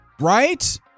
Right